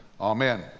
Amen